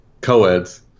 co-eds